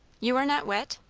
you are not wet?